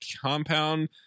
compound